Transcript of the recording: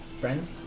friend